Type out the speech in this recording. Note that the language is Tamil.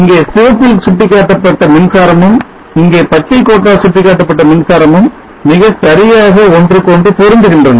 இங்கே சிவப்பில் சுட்டிக்காட்டப்பட்ட மின்சாரமும் இங்கு பச்சை கோட்டால் சுட்டிக்காட்டப்பட்ட மின்சாரமும் மிகச் சரியாக ஒன்றுக்கொன்று பொருந்துகின்றன